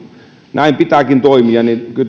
näin pitääkin toimia